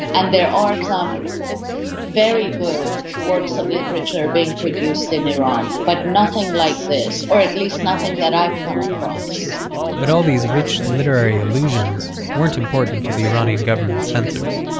and there are some very good works of literature being produced in iran, but nothing like this, or at least nothing that i've come across but all these rich literary allusions weren't important to the iranian government's censors.